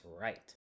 right